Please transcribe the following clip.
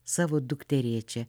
savo dukterėčią